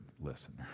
listener